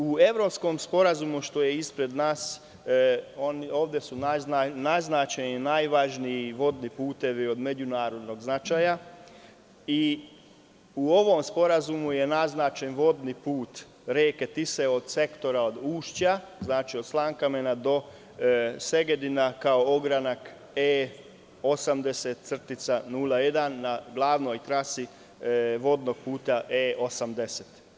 U Evropskom sporazumu koji je ispred nas, ovde su naznačeni najvažniji vodni putevi od međunarodnog značaja i u ovom sporazumu je naznačen vodni put reke Tise od sektora od ušća, znači od Slankamena do Segedina, kao ogranak E80-01 na glavnoj trasi vodnog puta E80.